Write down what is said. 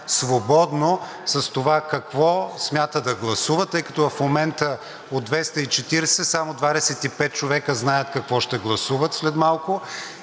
свободно с това какво смята да гласува, тъй като в момента от 240 само 25 човека знаят какво ще гласуват след малко.